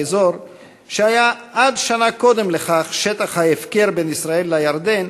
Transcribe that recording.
שהיה עד שנה קודם לכן שטח ההפקר בין ישראל לירדן,